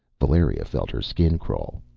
valeria felt her skin crawl.